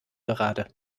gerade